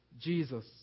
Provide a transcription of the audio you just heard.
Jesus